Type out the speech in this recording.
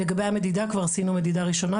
לגבי המדידה כבר עשינו מדידה ראשונה,